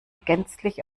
gänzlich